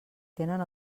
tenen